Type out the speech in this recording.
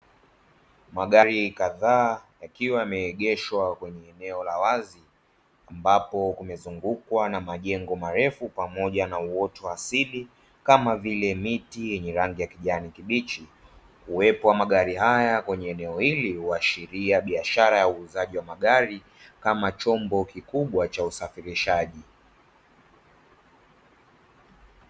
Magari kadhaa yakiwa yameegeshwa kwenye eneo la wazi ambapo kumezungukwa na majengo marefu, pamoja na uoto wa asili kama vile; miti yenye rangi ya kijani kibichi, kuwepo wa magari haya kwenye eneo hili huashiria biashara ya uuzaji wa magari kama chombo kikubwa cha usafirishaji.